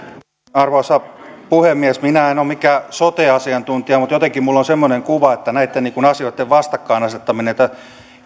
arvoisa puhemies minä en ole mikään sote asiantuntija mutta jotenkin minulla on semmoinen kuva että näitä asioita ei asetettaisi vastakkain niin että